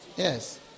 Yes